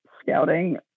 scouting